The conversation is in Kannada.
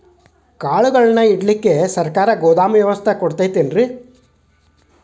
ಕಾಳುಗಳನ್ನುಇಡಲು ಸರಕಾರ ಗೋದಾಮು ವ್ಯವಸ್ಥೆ ಕೊಡತೈತೇನ್ರಿ?